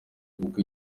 kuko